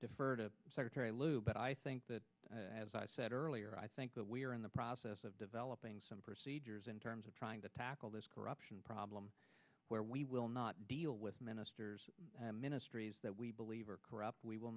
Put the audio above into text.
defer to secretary lew but i think that as i said earlier i think that we are in the process of developing some procedures in terms of trying to tackle this corruption problem where we will not deal with ministers ministries that we believe are corrupt we will